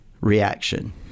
reaction